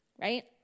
right